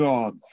God